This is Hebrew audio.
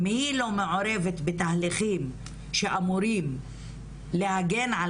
אם היא לא מעורבת בתהליכים שאמורים להגן על